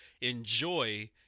enjoy